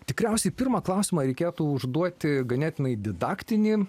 tikriausiai pirmą klausimą reikėtų užduoti ganėtinai didaktinį